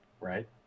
Right